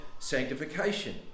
sanctification